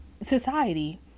society